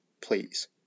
please